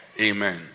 Amen